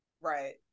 right